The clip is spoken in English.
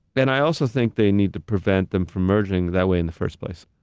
and i also think they need to prevent them from merging that way in the first place.